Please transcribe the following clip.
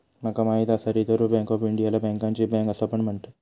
माका माहित आसा रिझर्व्ह बँक ऑफ इंडियाला बँकांची बँक असा पण म्हणतत